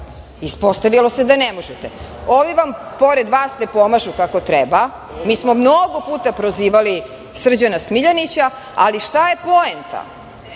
Ispostavilo se da ne možete. Ovim vi vam pored vas ne pomažu kako treba. Mi smo mnogo puta prozivali Srđana Smiljanića, ali šta je poenta?